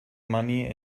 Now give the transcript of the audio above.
money